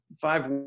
Five